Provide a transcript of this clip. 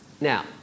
Now